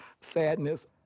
sadness